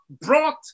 brought